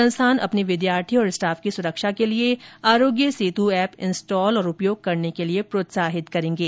संस्थान अपने विद्यार्थी और स्टाफ की सुरक्षा के लिए आरोग्य सेतु एप इंस्टॉल और उपयोग करने के लिए प्रोत्साहित करेंगे